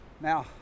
now